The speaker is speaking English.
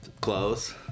Clothes